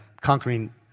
conquering